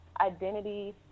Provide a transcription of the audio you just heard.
identity